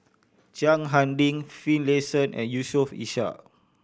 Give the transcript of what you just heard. Chiang Hai Ding Finlayson and Yusof Ishak